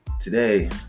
today